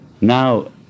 now